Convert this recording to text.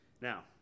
Now